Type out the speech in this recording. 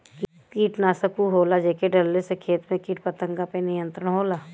कीटनाशक उ होला जेके डलले से खेत में कीट पतंगा पे नियंत्रण होला